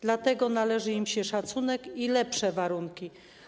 Dlatego należy im się szacunek i lepsze warunki.